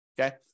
Okay